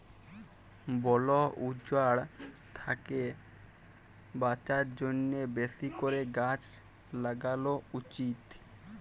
বল উজাড় থ্যাকে বাঁচার জ্যনহে বেশি ক্যরে গাহাচ ল্যাগালো উচিত